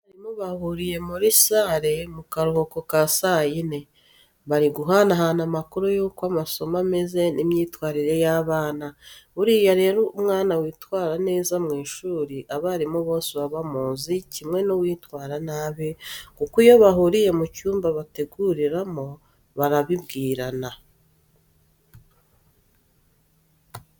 Abarimu bahuriye muri sale mu karuhuko ka saa yine, bari guhana hana amakuru y'uko amasomo ameze n'imyitwarire y'abana. Buriya rero umwana witwara neza mu ishuri abarimu bose baba bamuzi kimwe n'uwitwara nabi kuko iyo bahuriye mu cyumba bateguriramo barabibwirana.